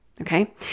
Okay